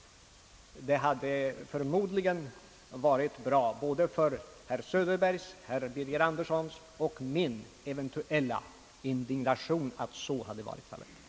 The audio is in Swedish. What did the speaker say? Det hade förmodligen varit bra både för herr Söderbergs, herr Birger Anderssons och min eventuella indignation om det hade blivit en kompromiss.